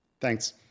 Thanks